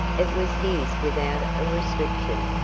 it was his without a restriction,